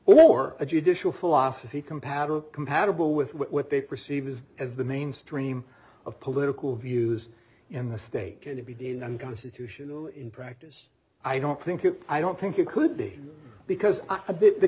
or a judicial philosophy compatible compatible with what they perceive as as the mainstream of political views in the state can it be deemed unconstitutional in practice i don't think it i don't think it could be because i